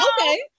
Okay